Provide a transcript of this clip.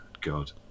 God